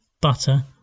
butter